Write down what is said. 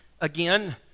again